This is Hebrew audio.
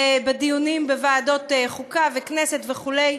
בדיונים בוועדת החוקה, בכנסת וכו',